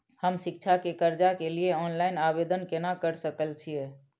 हम शिक्षा के कर्जा के लिय ऑनलाइन आवेदन केना कर सकल छियै?